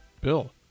Bill